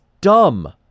dumb